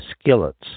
skillets